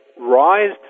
rise